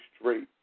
straight